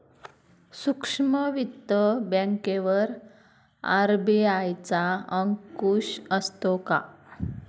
सूक्ष्म वित्त बँकेवर आर.बी.आय चा अंकुश असतो का?